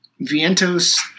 Vientos